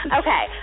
okay